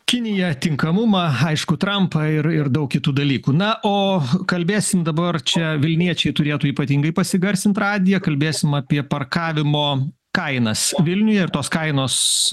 kiniją tinkamumą aišku trampą ir ir daug kitų dalykų na o kalbėsim dabar čia vilniečiai turėtų ypatingai pasigarsint radiją kalbėsime apie parkavimo kainas vilniuje ir tos kainos